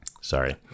sorry